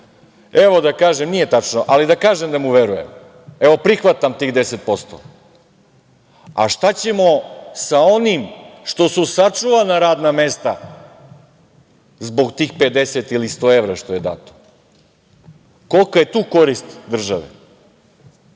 potrošnju. Nije tačno. Ali, da kažem da mu verujem. Evo, prihvatam tih 10%. A šta ćemo sa onim što su sačuvana radna mesta zbog tih 50 ili 100 evra što je dato? Kolika je tu korist države?